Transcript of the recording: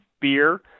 beer